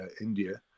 India